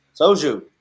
Soju